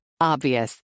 Obvious